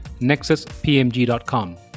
nexuspmg.com